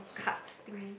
cards thing